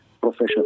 profession